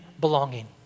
Belonging